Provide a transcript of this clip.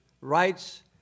rights